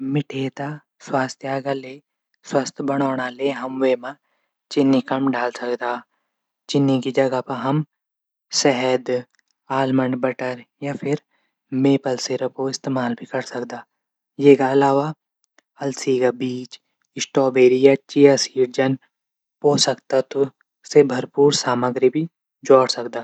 मिठैंई थै स्वास्थ्य लेगे स्वस्थ बणोला लेकी वेमा चीनी कम डाल सकदा। चीनी जगह हम शहद आजमण बटर मीपल सिरप कू इस्तेमाल भी कै सकदा ।एक अलावा अल्सी का बीज स्टोबेरी पोषक तत्व से भरपूर सामग्री भी जोड सकदा।